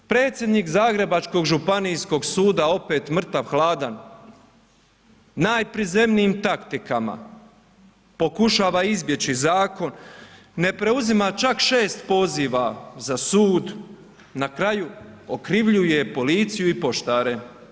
Predsjednik Zagrebačkog županijskog suda opet mrtav hladan, najprizemnijim taktikama pokušava izbjeći zakon, ne preuzima čak šest poziva za sud, na kraju okrivljuje policiju i poštare.